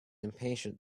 impatient